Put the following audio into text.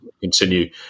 continue